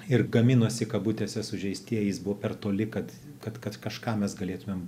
ir gaminosi kabutėse sužeistieji jis buvo per toli kad kad kad kažką mes galėtumėm